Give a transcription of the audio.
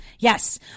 Yes